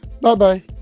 Bye-bye